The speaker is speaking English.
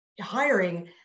hiring